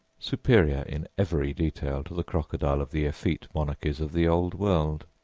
superior in every detail to the crocodile of the effete monarchies of the old world.